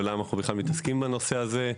או למה אנחנו מתעסקים בנושא הזה.